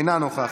אינה נוכחת,